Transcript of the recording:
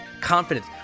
confidence